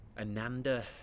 ananda